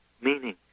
meaning